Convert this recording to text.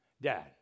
Dad